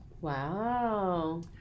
Wow